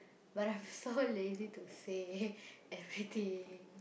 but I'm so lazy to say everything